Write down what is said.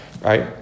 right